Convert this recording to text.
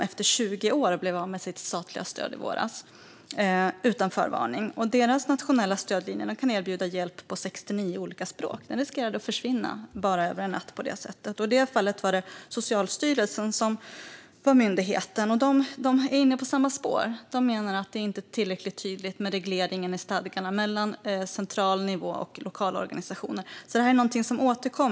Efter 20 år blev de i våras av med sitt statliga stöd utan förvarning. Deras nationella stödlinje, som kan erbjuda hjälp på 69 olika språk, riskerar därmed att försvinna över en natt. I det fallet var det Socialstyrelsen som var myndigheten, och de är inne på samma spår: De menar att regleringen mellan central nivå och lokalorganisationer inte är tillräckligt tydlig i stadgarna.